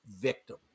victim